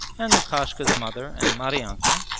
and lukashka's mother and maryanka,